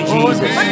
Jesus